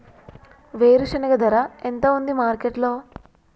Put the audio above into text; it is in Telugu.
వేరుశెనగ ధర ఎంత ఉంది మార్కెట్ లో?